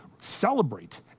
celebrate